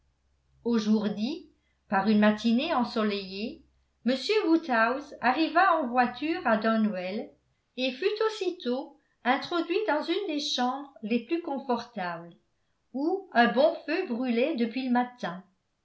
dit par une matinée ensoleillée m woodhouse arriva en voiture à donwell et fut aussitôt introduit dans une des chambres les plus confortables où un bon feu brûlait depuis le matin